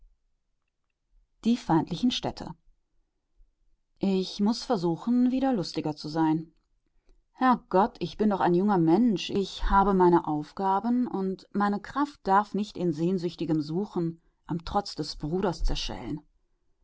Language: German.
die feindlichen städte ich muß versuchen wieder lustiger zu sein herrgott ich bin doch ein junger mensch ich habe meine aufgaben und meine kraft darf nicht in sehnsüchtigem suchen am trotz des bruders zerschellen